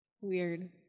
Weird